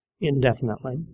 indefinitely